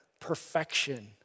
perfection